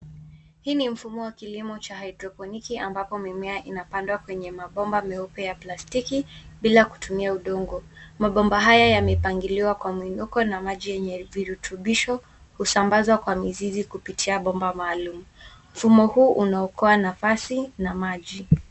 Hii ni mfumo wa haidroponiki ambapo mimea inapandwa kwenye mabomba meupe ya plastiki bila kutumia udongo. Mabomba haya yamepangiliwa kwa muinuko na maji yenye virutubisho husambazwa kwa mizizi kupitia bomba maalum. Mfumo huu unaokoa nafasi na maji.